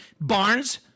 Barnes